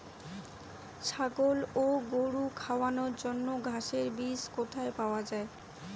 ছাগল ও গরু খাওয়ানোর জন্য ঘাসের বীজ কোথায় পাওয়া যায়?